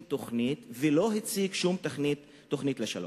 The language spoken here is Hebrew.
תוכנית ולא הציג שום תוכנית לשלום.